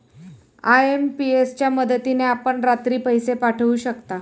IMPS च्या मदतीने आपण रात्री पैसे पाठवू शकता